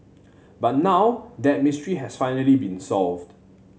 but now that mystery has finally been solved